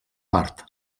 part